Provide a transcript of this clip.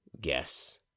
Guess